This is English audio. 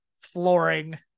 flooring